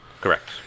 Correct